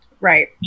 Right